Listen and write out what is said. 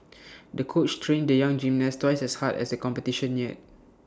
the coach trained the young gymnast twice as hard as A competition neared